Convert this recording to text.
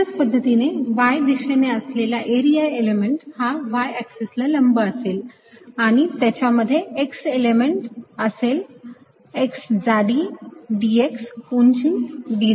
अशाच पद्धतीने y दिशेने असलेला एरिया इलेमेंट हा y एक्सिस ला लंब असेल हा आणि त्याच्यामध्ये x इलेमेंट असेल x जाडी dx उंची dz